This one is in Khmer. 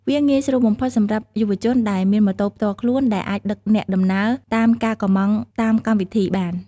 វាងាយស្រួលបំផុតសម្រាប់យុវជនដែលមានម៉ូតូផ្ទាល់ខ្លួន ដែលអាចដឹកអ្នកដំណើរតាមការកម្ម៉ង់តាមកម្មវិធីបាន។